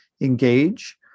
engage